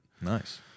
nice